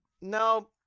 no